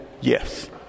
Yes